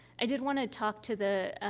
i did want to talk to the,